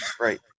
Right